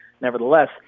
nevertheless